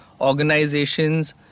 organizations